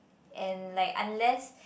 and like unless